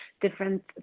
different